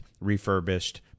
refurbished